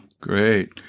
Great